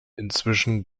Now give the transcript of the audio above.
inzwischen